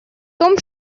том